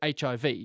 HIV